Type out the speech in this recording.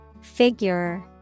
Figure